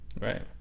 Right